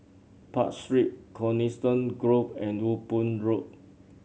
Park Street Coniston Grove and Ewe Boon Road